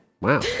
Wow